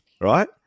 right